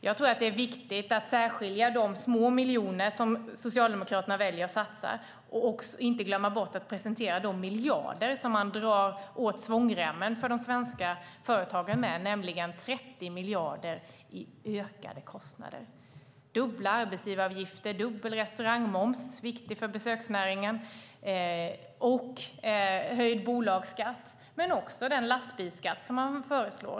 Jag tror att det är viktigt att särskilja de små miljoner som Socialdemokraterna väljer att satsa och samtidigt inte glömma bort att presentera de miljarder som man drar åt svångremmen för de svenska företagen med, nämligen 30 miljarder i ökade kostnader. Det är dubbla arbetsgivaravgifter och dubbel restaurangmoms, - viktigt för besöksnäringen - höjd bolagsskatt, men det handlar också om den lastbilsskatt som man föreslår.